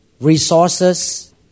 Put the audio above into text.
resources